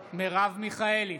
מיכאלי,